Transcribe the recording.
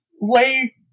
lay